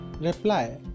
reply